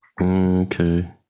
Okay